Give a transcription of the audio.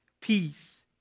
peace